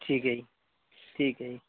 ਠੀਕ ਹੈ ਜੀ ਠੀਕ ਹੈ ਜੀ